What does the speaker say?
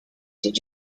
did